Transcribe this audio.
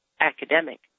academic